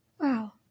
Wow